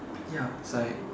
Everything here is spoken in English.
ya it's like